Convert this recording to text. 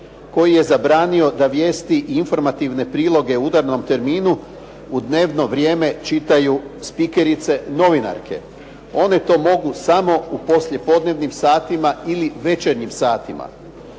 koji je zabranio da vijesti i informativne priloge u udarnom terminu u dnevno vrijeme čitaju spikerice novinarke. One to mogu samo u poslijepodnevnim satima ili večernjim satima.